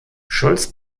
scholz